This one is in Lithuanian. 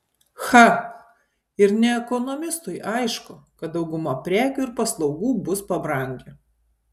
cha ir ne ekonomistui aišku kad dauguma prekių ir paslaugų bus pabrangę